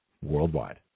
worldwide